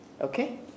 Okay